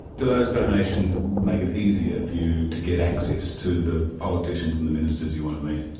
do those donations make it easier for you to get access to the politicians and the ministers you want to meet?